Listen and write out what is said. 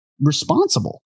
responsible